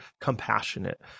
compassionate